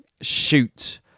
shoot